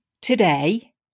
today